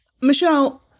Michelle